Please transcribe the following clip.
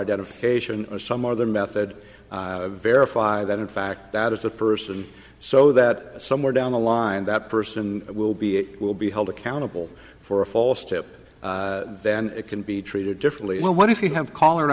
identification or some other method verify that in fact that is the person so that somewhere down the line that person will be it will be held accountable for a false tip then it can be treated differently what if you have caller